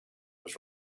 was